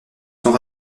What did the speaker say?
sont